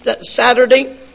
Saturday